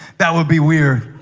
that would be weird